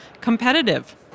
competitive